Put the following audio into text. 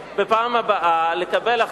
מי אתה חושב,